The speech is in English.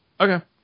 okay